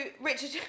Richard